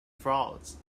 frauds